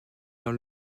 dans